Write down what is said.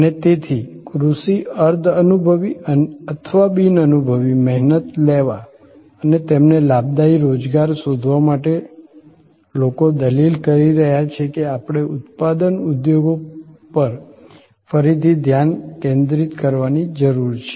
અને તેથી કૃષિ અર્ધ અનુભવી અથવા બિનઅનુભવી મહેનત લેવા અને તેમને લાભદાયી રોજગાર શોધવા માટે લોકો દલીલ કરી રહ્યા છે કે આપણે ઉત્પાદન ઉદ્યોગો પર ફરીથી ધ્યાન કેન્દ્રિત કરવાની જરૂર છે